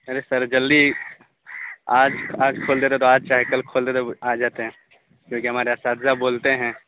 ارے sir جلدی آج آج کھول دیتے تو آج چاہے کل کھول دیتے آ جاتے کیوںکہ ہمارے اساتذہ بولتے ہیں